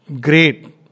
great